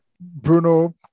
Bruno